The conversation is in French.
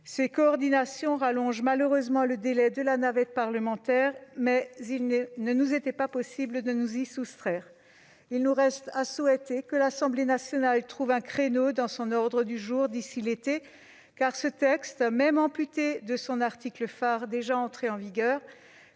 Ces coordinations rallongent malheureusement le temps de la navette parlementaire, mais il n'était pas possible de nous y soustraire. Il nous reste à souhaiter que l'Assemblée nationale trouve un créneau dans son ordre du jour d'ici à l'été, car ce texte, même amputé de son article phare, déjà entré en vigueur,